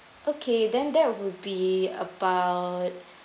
okay then that will be about